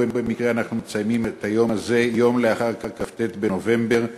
לא במקרה אנחנו מציינים את היום הזה יום לאחר כ"ט בנובמבר,